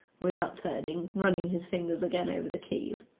without turning, running his fingers again over the keys.